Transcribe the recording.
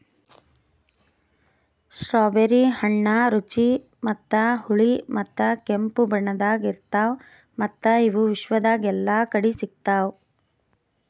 strawberry ಹಣ್ಣ ರುಚಿ ಮತ್ತ ಹುಳಿ ಮತ್ತ ಕೆಂಪು ಬಣ್ಣದಾಗ್ ಇರ್ತಾವ್ ಮತ್ತ ಇವು ವಿಶ್ವದಾಗ್ ಎಲ್ಲಾ ಕಡಿ ಸಿಗ್ತಾವ್